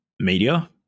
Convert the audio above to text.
media